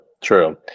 True